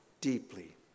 deeply